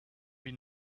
have